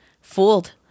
fooled